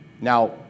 Now